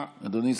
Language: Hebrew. אדוני,